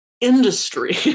industry